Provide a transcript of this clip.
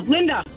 Linda